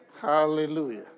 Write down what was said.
Hallelujah